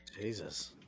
Jesus